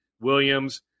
Williams